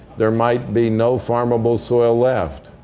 there might be no farmable soil left.